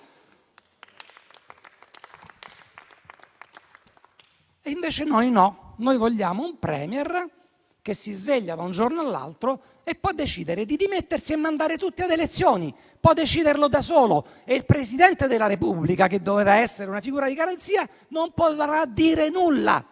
E invece noi no, noi vogliamo un *Premier*, che si sveglia da un giorno all'altro e può decidere di dimettersi e mandare tutti alle elezioni; può deciderlo da solo e il Presidente della Repubblica, che doveva essere una figura di garanzia, non potrà dire nulla.